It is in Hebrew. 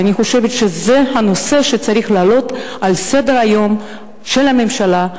ואני חושבת שזה נושא שצריך לעלות על סדר-היום של הממשלה,